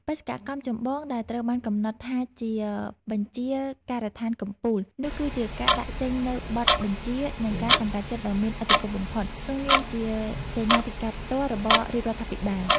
បេសកកម្មចម្បងដែលត្រូវបានកំណត់ថាជា បញ្ជាការដ្ឋានកំពូល នោះ គឺជាការដាក់ចេញនូវបទបញ្ជា និងការសម្រេចចិត្តដ៏មានឥទ្ធិពលបំផុត ក្នុងនាមជាសេនាធិការផ្ទាល់របស់រាជរដ្ឋាភិបាល។